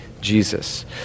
Jesus